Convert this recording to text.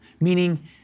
meaning